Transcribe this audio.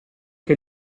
che